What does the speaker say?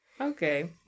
Okay